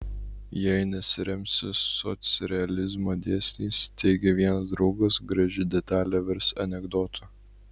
jei nesiremsi socrealizmo dėsniais teigė vienas draugas graži detalė virs anekdotu